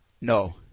No